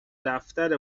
دفتر